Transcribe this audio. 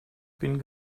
bin